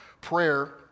Prayer